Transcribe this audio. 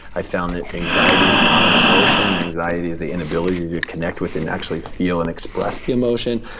i found that anxiety is not an emotion. anxiety is the inability to connect with and actually feel and express the emotion.